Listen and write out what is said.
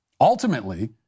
Ultimately